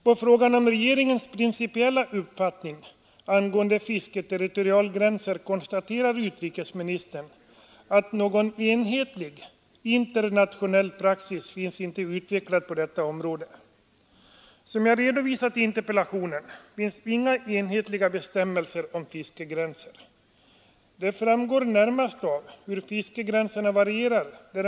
På frågan om regeringens principiella uppfattning angående fisketerritorialgränser konstaterar utrikesministern att någon enhetlig internationell praxis inte finns utvecklad på detta område. Som jag redovisat i interpellationen finns inga enhetliga bestämmelser om fiskegränser. Det framgår närmast av hur fiskegränserna varierar.